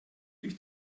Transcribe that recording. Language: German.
ich